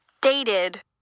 dated